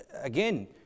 again